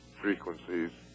frequencies